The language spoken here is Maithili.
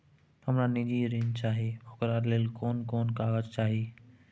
हमरा निजी ऋण चाही ओकरा ले कोन कोन कागजात चाही?